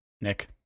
Nick